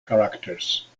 characters